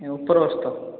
ଉପର ଅଛି ତ